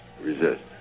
resist